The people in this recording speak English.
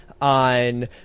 on